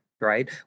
right